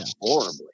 horribly